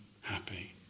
happy